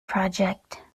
project